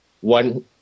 one